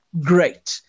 great